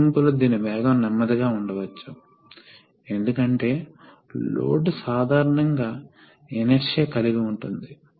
మధ్యలో ఇది pump port నేరుగా ట్యాంకుకు అనుసంధానించబడి ఉంది